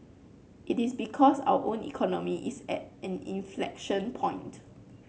it is because our own economy is at an inflection point